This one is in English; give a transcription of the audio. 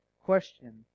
question